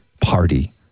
party